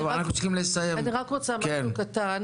אני רק רוצה לומר משהו קטן,